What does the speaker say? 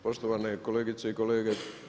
Poštovane kolegice i kolege.